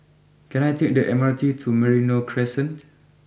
can I take the M R T to Merino Crescent